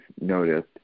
noticed